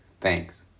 Thanks